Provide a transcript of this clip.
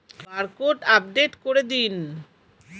Barcode update করে দিন?